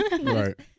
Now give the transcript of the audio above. Right